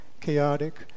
chaotic